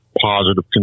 positive